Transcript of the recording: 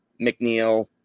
McNeil